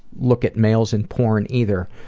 look at males in porn either.